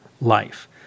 life